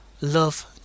Love